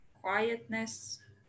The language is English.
quietness